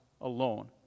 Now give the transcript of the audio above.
alone